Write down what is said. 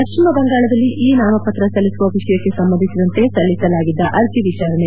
ಪಶ್ಚಿಮ ಬಂಗಾಳದಲ್ಲಿ ಇ ನಾಮಪತ್ರ ಸಲ್ಲಿಸುವ ವಿಷಯಕ್ಕೆ ಸಂಬಂಧಿಸಿದಂತೆ ಸಲ್ಲಿಸಲಾಗಿದ್ದ ಅರ್ಜಿ ವಿಚಾರಣೆ